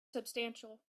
substantial